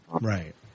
right